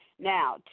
Now